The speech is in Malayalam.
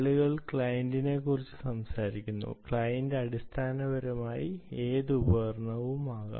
ആളുകൾ ക്ലയന്റിനെക്കുറിച്ച് സംസാരിക്കുന്നു ക്ലയന്റ് അടിസ്ഥാനപരമായി ഏത് ഉപകരണവും ആകാം